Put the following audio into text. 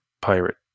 pirate